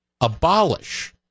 abolish